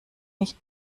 nicht